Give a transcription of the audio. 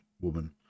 woman